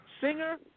singer